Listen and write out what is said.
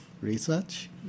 research